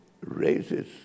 raises